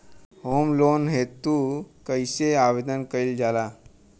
Home loan हेतु कइसे आवेदन कइल जाला?